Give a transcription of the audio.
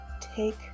Take